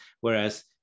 Whereas